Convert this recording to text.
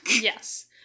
Yes